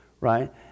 Right